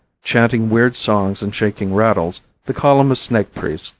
chanting weird songs and shaking rattles, the column of snake priests,